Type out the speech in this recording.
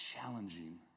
challenging